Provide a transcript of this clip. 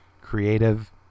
creative